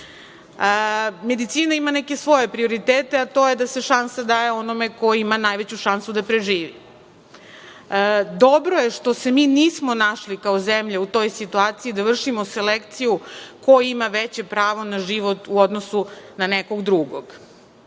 trećem. Medicina ima neke svoje prioritet, a to je da se šansa daje onome koji ima najveću šansu da preživi. Dobro je što se mi nismo našli kao zemlja u toj situaciji da vršimo selekciju ko ima veće pravo na život u odnosu na nekog drugog.